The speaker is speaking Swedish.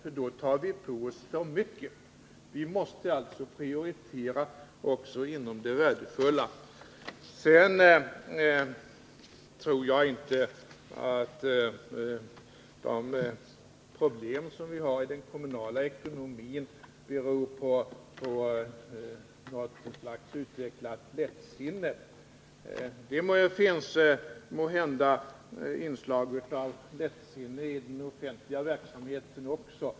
för då tog vi på oss för mycket. Vi måste alltså prioritera också inom det värdefulla. Sedan tror jag inte att de problem som finns i den kommunala ekonomin beror på något slags utvecklat lättsinne. Det finns måhända inslag av lättsinne även i den offentliga verksamheten.